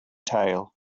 tale